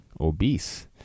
obese